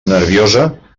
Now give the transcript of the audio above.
nerviosa